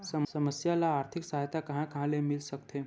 समस्या ल आर्थिक सहायता कहां कहा ले मिल सकथे?